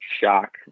shock